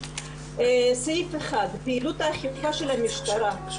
סעיף 1 פעילות האכיפה של המשטרה.